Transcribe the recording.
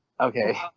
Okay